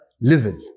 level